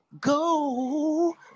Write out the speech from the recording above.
go